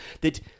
that-